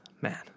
Man